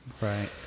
right